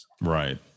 Right